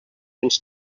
ens